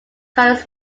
carlos